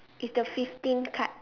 is the fifteen cut